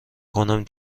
کنم